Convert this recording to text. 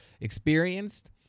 experienced